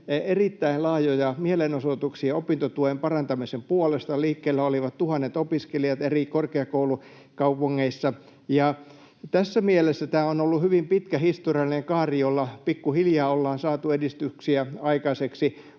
erittäin laajoja mielenosoituksia opintotuen parantamisen puolesta. Liikkeellä olivat tuhannet opiskelijat eri korkeakoulukaupungeissa. Tässä mielessä tämä on ollut hyvin pitkä historiallinen kaari, jolla pikkuhiljaa ollaan saatu edistyksiä aikaiseksi.